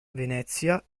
venezia